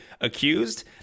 accused